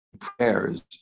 prayers